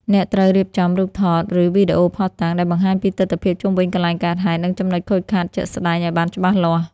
អ្នកត្រូវរៀបចំ រូបថត ឬវីដេអូភស្តុតាង ដែលបង្ហាញពីទិដ្ឋភាពជុំវិញកន្លែងកើតហេតុ និងចំណុចខូចខាតជាក់ស្ដែងឱ្យបានច្បាស់លាស់។